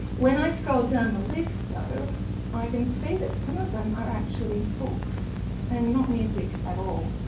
when i scroll down the list though i can see that some of them are actually books and not music at all.